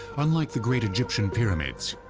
unlike the great egyptian pyramids,